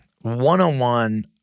one-on-one